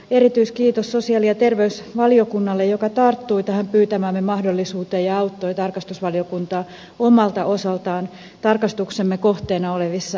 erityiskiitos sosiaali ja terveysvaliokunnalle joka tarttui tähän pyytämäämme mahdollisuuteen ja auttoi tarkastusvaliokuntaa omalta osaltaan tarkastuksemme kohteena olevissa asioissa